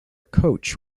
coach